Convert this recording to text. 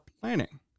planning